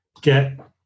get